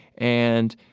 and